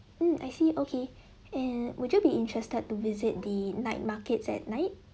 mm I see okay and would you be interested to visit the night markets at night